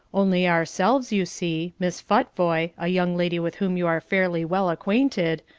only ourselves, you see, miss futvoye, a young lady with whom you are fairly well acquainted,